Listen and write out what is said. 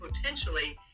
potentially